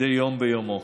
מדי יום ביומו.